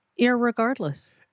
irregardless